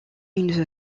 une